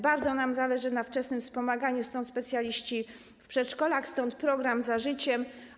Bardzo nam zależy na wczesnym wspomaganiu, stąd specjaliści w przedszkolach, stąd program ˝Za życiem˝